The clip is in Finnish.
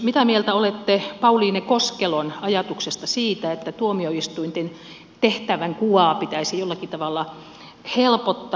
mitä mieltä olette pauliine koskelon ajatuksesta siitä että tuomioistuinten tehtävänkuvaa pitäisi jollakin tavalla helpottaa